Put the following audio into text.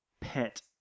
pet